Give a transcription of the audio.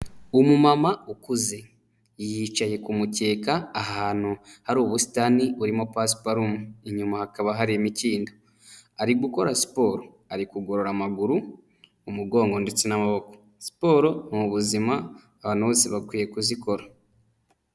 Umumama ukuze yicaye ku kumukeka ahantu hari ubusitani buririmo pasiparumu inyuma hakaba hari imikindo ari gukora siporo ari kugorora amaguru umugongo ndetse n'amaboko, siporo mu buzima abantu bose bakwiye kuzikora.